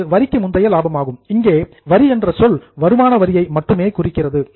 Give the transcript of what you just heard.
அது வரிக்கு முந்தைய லாபமாகும் இங்கே வரி என்ற சொல் வருமான வரியை மட்டுமே குறிக்கிறது